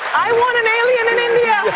i want an alien in india. yeah.